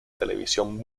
televisión